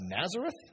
Nazareth